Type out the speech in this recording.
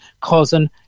causing